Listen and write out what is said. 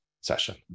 session